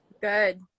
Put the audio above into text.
good